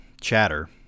chatter